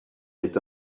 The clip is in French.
est